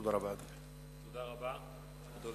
תודה רבה, אדוני.